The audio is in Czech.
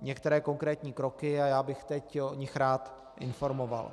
některé konkrétní kroky a já bych teď o nich rád informoval.